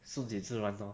顺其自然 lor